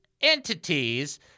entities